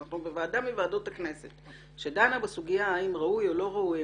אנחנו בוועדה מוועדות הכנסת שדנה בסוגיה האם ראוי או לא ראוי,